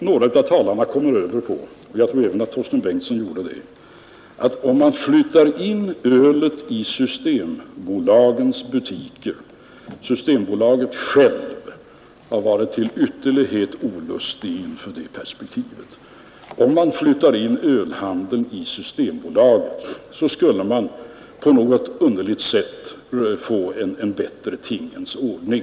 Några av talarna, bland dem herr Torsten Bengtson, kom sedan in på resonemanget att om man flyttar in ölhandeln i Systembolagets butiker — Systembolaget har självt varit till ytterlighet olustigt inför det perspektivet — skulle man på något underligt sätt få en bättre tingens ordning.